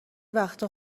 وقتها